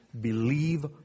believe